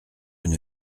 une